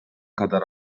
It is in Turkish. kadar